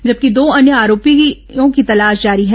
जबकि दो अन्य आरोपियों की तलाश जारी है